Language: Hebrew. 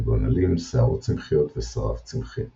כגון עלים, שערות צמחיות, ושרף צמחי.